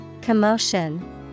Commotion